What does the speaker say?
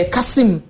Kasim